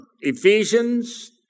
Ephesians